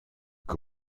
que